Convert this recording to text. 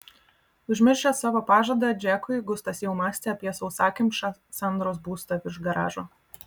užmiršęs savo pažadą džekui gustas jau mąstė apie sausakimšą sandros būstą virš garažo